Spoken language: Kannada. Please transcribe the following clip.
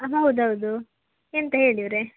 ಹೌದೌದು ಎಂತ ಹೇಳಿ ಇವರೇ